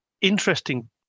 interesting